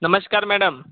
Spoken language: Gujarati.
નમસ્કાર મેડમ